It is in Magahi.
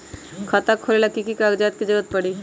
खाता खोले ला कि कि कागजात के जरूरत परी?